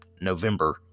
November